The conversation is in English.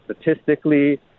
statistically